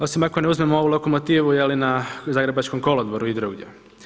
Osim ako ne uzmemo ovu lokomotivu na Zagrebačkom kolodvoru i drugdje.